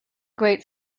great